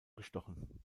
gestochen